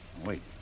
Wait